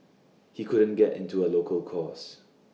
he couldn't get into A local course